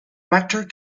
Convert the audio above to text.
vector